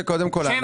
חושב